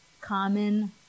common